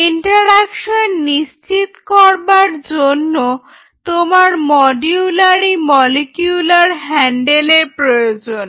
interaction নিশ্চিত করবার জন্য তোমার মডিউলারি মলিকিউলার হ্যান্ডেলের প্রয়োজন